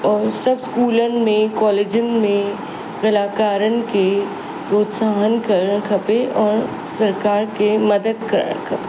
ऐं सभु स्कूलनि में कॉलेजनि में कलाकारनि के प्रोत्साहन करणु खपे और सरकार खे मदद करणु खपे